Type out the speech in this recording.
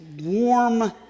warm